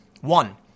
One